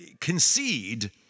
concede